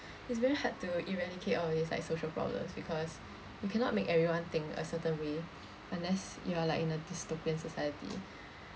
it's very hard to eradicate all these like social problems because you cannot make everyone think a certain way unless you are like in a dystopian society